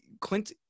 Clint